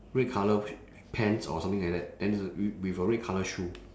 red colour pants or something like that then wi~ with a red colour shoe